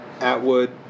Atwood